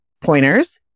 pointers